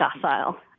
docile